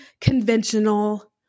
conventional